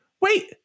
Wait